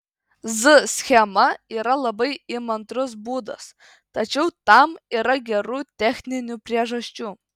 z schema yra labai įmantrus būdas tačiau tam yra gerų techninių priežasčių